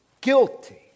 guilty